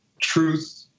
Truth